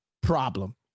problem